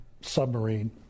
submarine